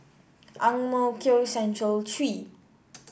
Ang Mo Kio Central Three